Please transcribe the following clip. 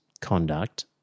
conduct